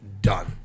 Done